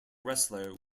wrestler